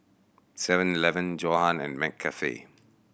Seven Eleven Johan and McCafe